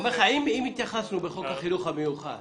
אם התייחסנו בחוק החינוך המיוחד